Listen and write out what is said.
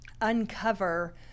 uncover